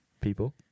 people